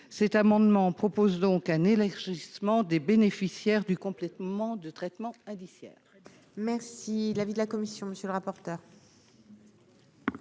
cet amendement propose donc un élargissement des bénéficiaires du complètement de traitement. Merci